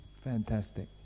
Fantastic